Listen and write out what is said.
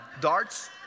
darts